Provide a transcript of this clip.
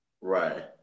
Right